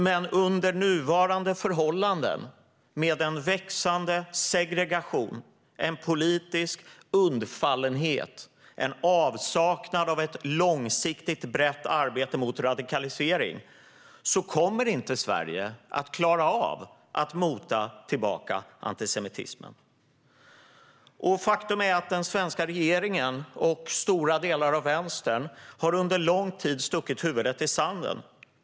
Men under nuvarande förhållanden med växande segregation, politisk undfallenhet och avsaknad av ett långsiktigt brett arbete mot radikalisering kommer inte Sverige att klara av att mota tillbaka antisemitismen. Den svenska regeringen och stora delar av vänstern har under lång tid stuckit huvudet i sanden.